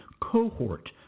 Cohort